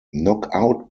knockout